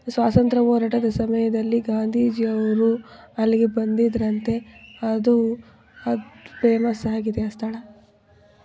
ಸ್ವಾತಂತ್ರ್ಯ ಹೋರಾಟದ ಸಮಯದಲ್ಲಿ ಗಾಂಧೀಜಿಯವರು ಅಲ್ಲಿಗೆ ಬಂದಿದ್ದರಂತೆ ಅದು ಅದು ಫೇಮಸ್ ಆಗಿದೆ ಆ ಸ್ಥಳ